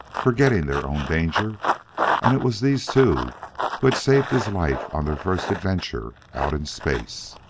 forgetting their own danger and it was these two who had saved his life on their first adventure out in space.